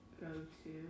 go-to